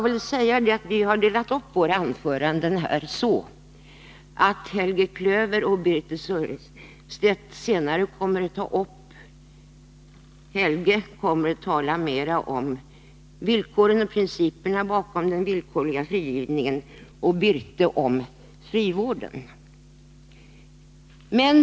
Vi har delat upp våra anföranden på ett sådant sätt att Helge Klöver kommer att tala mera om villkoren och principerna bakom den villkorliga frigivningen, och Birthe Sörestedt kommer att tala om frivården.